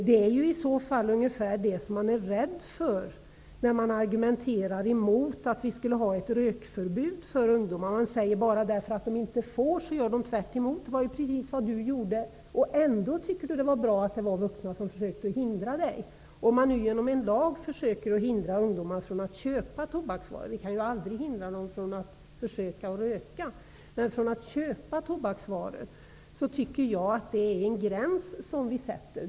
Det är ju detta man är rädd för när man argumenterar emot att vi skulle ha ett rökförbud för ungdomar. Man säger att de kommer att göra tvärtemot bara för att de inte får, och det är ju precis vad Mikael Odenberg själv gjorde. Trots detta tycker Mikael Odenberg att det var bra att de vuxna försökte hindra honom. Vi kan aldrig hindra ungdomar från att försöka röka. Men däremot kan vi hindra dem från att köpa tobaksvaror genom en lag. Därigenom sätter vi en gräns.